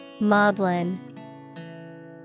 Maudlin